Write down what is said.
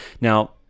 Now